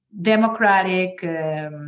democratic